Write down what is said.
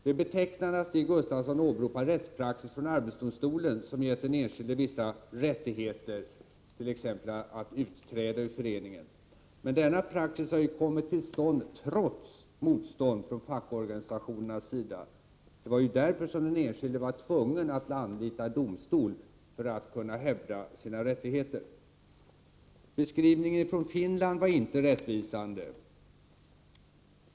Det är betecknande att Stig Gustafsson åberopar rättspraxis från Arbetsdomstolen, som gett den enskilde vissa rättigheter, t.ex. att utträda ur föreningen. Men denna praxis har kommit till stånd trots motstånd från fackorganisationerna. Den enskilde var tvungen att anlita domstol för att kunna hävda sina rättigheter. Stig Gustafssons beskrivning från Finland var inte rättvisande.